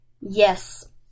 Yes